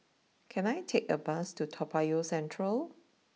can I take a bus to Toa Payoh Central